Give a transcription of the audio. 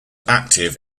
active